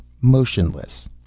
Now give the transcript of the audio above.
motionless